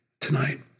tonight